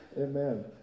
Amen